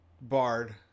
bard